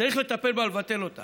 צריך לטפל בזה ולבטל את זה.